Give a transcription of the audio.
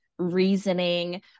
reasoning